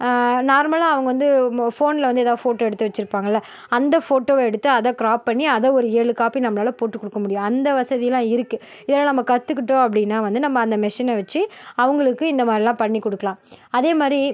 நார்மலாக அவங்க வந்து மோ ஃபோனில் வந்து எதா ஃபோட்டோ எடுத்து வச்சிருப்பாங்கள அந்த ஃபோட்டோவை எடுத்து அதை கிராப் பண்ணி அதை ஒரு ஏழு காப்பி நம்பளால் போட்டு கொடுக்க முடியும் அந்த வசதிலாம் இருக்கு இதுலாம் நம்ப கற்றுக்கிட்டோம் அப்படின்னா வந்து நம்ப அந்த மெஷினை வச்சி அவங்களுக்கு இந்த மாதிரிலாம் பண்ணி கொடுக்கலாம் அதே மாதிரி